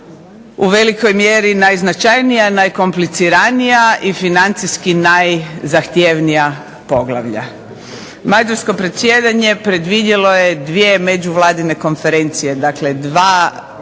u velikoj mjeri najznačajnija, najkompliciranija i financijski najzahtjevnija poglavlja. Mađarsko predsjedanje predvidjelo je dvije međuvladine konferencije, dakle dva